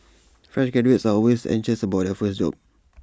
fresh graduates are always anxious about their first job